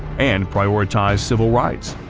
and prioritised civil rights.